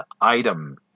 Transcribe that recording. item